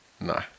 No